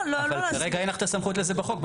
אבל כרגע אין לך את הסמכות לזה בחוק.